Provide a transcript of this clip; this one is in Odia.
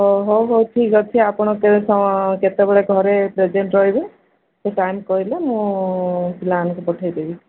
ହଉ ହଉ ହଉ ଠିକ୍ ଅଛି ଆପଣ କେବେ କେତେବେଳେ ଘରେ ପ୍ରେଜେଣ୍ଟ୍ ରହିବେ ସେ ଟାଇମ୍ କହିଲେ ମୁଁ ପିଲାମାନଙ୍କୁ ପଠେଇ ଦେବି